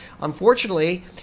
unfortunately